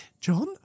John